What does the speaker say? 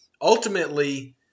ultimately